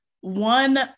one